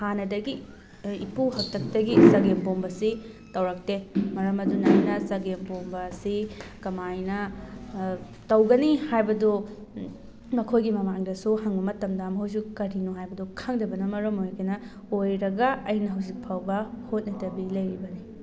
ꯍꯥꯟꯅꯗꯒꯤ ꯏꯄꯨ ꯍꯥꯛꯇꯛꯇꯒꯤ ꯆꯒꯦꯝ ꯄꯣꯝꯕꯁꯤ ꯇꯧꯔꯛꯇꯦ ꯃꯔꯝ ꯑꯗꯨꯅ ꯑꯩꯅ ꯆꯒꯦꯝ ꯄꯣꯝꯕ ꯑꯁꯤ ꯀꯃꯥꯏꯅ ꯇꯧꯒꯅꯤ ꯍꯥꯏꯕꯗꯣ ꯃꯈꯣꯏꯒꯤ ꯃꯃꯥꯡꯗꯁꯨ ꯍꯪꯕ ꯃꯇꯝꯗ ꯃꯣꯏꯁꯨ ꯀꯔꯤꯅꯣ ꯍꯥꯏꯕꯗꯨ ꯈꯪꯗꯕꯅ ꯃꯔꯝ ꯑꯣꯏꯗꯅ ꯑꯣꯏꯔꯒ ꯑꯩꯅ ꯍꯧꯖꯤꯛ ꯐꯥꯎꯕ ꯍꯣꯠꯅꯗꯕꯤ ꯂꯩꯔꯤꯕꯅꯤ